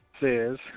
says